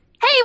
Hey